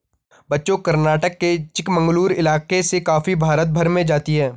बच्चों कर्नाटक के चिकमंगलूर इलाके से कॉफी भारत भर में जाती है